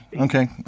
Okay